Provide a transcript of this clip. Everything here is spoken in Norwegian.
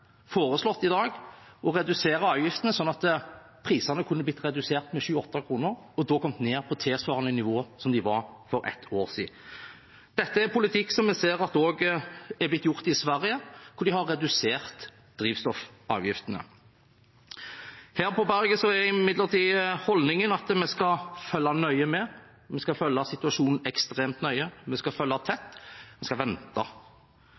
da kommet ned på tilsvarende nivå som de var for et år siden. Dette er politikk vi ser også er blitt gjennomført i Sverige, hvor de har redusert drivstoffavgiftene. Her på berget er imidlertid holdningen at vi skal følge nøye med, vi skal følge situasjonen ekstremt nøye, vi skal følge den tett, vi skal vente.